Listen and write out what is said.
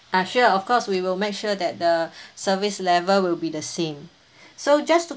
ah sure of course we will make sure that the service level will be the same so just to